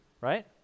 right